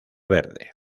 verde